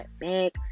back